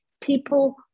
people